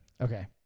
Okay